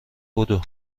بدو